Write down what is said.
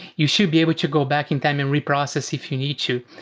you should be able to go back in time and reprocess if you need to.